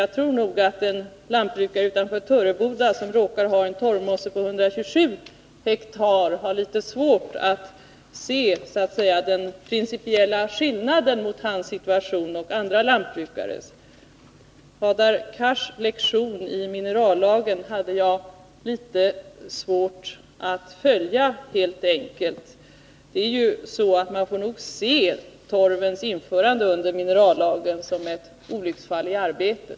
Jag tror nog att en jordägare utanför Töreboda som råkar ha en torvmosse på 127 ha har svårt att se den principiella skillnaden mellan sin och andra lantbrukares situation. Hadar Cars lektion om minerallagen hade jag helt enkelt litet svårt att följa. Man får nog se torvens införande under minerallagen som ett olycksfall i arbetet.